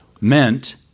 meant